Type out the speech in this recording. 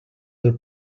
del